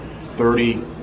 thirty